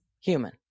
Human